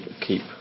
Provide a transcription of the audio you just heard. keep